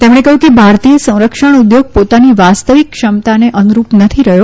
તેમણે કહયું કે ભારતીય સંરક્ષણ ઉદ્યોગ પોતાની વાસ્તવિક ક્ષમતાને અનુરૂપ નથી રહયો